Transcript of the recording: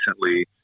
recently